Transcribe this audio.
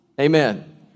Amen